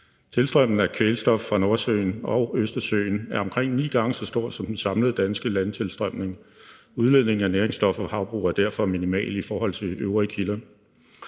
Tilstrømningen af kvælstof fra Nordsøen og Østersøen er omkring ni gange så stor som den samlede danske landtilstrømning. Udledningen af næringsstoffer fra havbrug er derfor minimal i forhold til øvrige kilder.